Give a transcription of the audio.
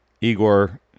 Igor